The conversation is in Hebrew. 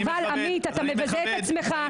חבל, עמית, אתה מבזה את עצמך.